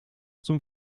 zum